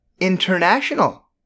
international